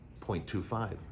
0.25